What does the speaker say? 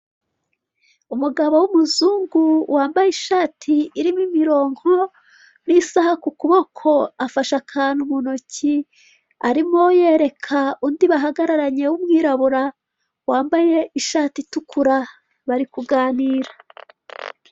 Umugabo w'umuzungu wambaye ishati irimo imirongo n'isaha ku kuboko, afashe akantu mu ntoki arimo yereka undi bahagararanye w'umwirabura wambaye ishati itukura, bari kuganira.